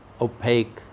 opaque